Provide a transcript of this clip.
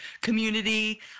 community